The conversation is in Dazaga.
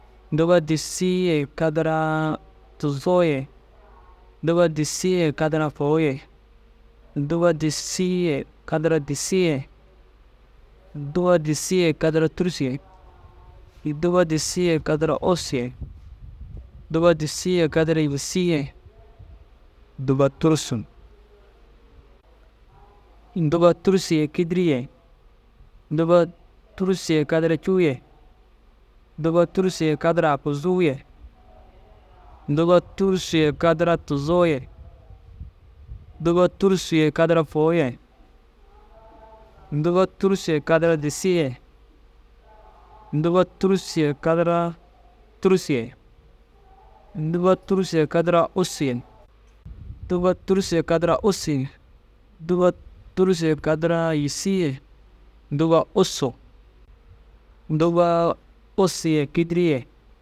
Dûba disii ye kadaraa tuzoo ye, dûba disii ye kadara fôu ye, dûba disii ye kadara disii ye, dûba disii ye kadara tûrusu ye, dûba disii ye kadara ussu ye, dûba disii ye kadara yîsii ye, dûba tûrusu. Dûba tûrusu ye kîdiri ye, dûba tûrusu ye kadara cûu ye, dûba tûrusu ye kadara aguzuu ye, dûba tûrusu ye kadara tuzoo ye, dûba tûrusu ye kadara fôu ye, dûba tûrusu ye kadara disii ye, dûba tûrusu ye kadaraa tûrusu ye, dûba tûrusu ye kadara ussu ye, dûba tûrusu ye kadara ussu ye, dûba tûrusu ye kadara yîsii ye, dûba ussu. Dûbaa ussu ye kîdiri ye.